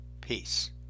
Peace